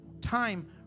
time